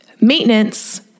maintenance